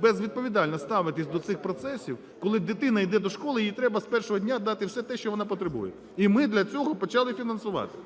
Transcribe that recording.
безвідповідально ставитись до цих процесів, коли дитина йде до школи, їй треба з першого дня дати все те, що вона потребує, і ми для цього почали фінансувати.